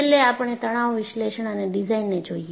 છેલ્લે આપણે તણાવ વિશ્લેષણ અને ડિઝાઇનને જોઈએ